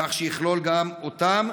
כך שיכלול גם אותם,